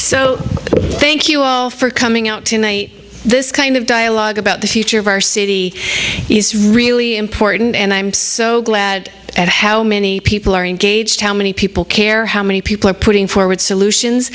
so thank you all for coming out tonight this kind of dialogue about the future of our city is really important and i'm so glad at how many people are engaged how many people care how many people are putting forward solutions